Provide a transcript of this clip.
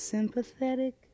Sympathetic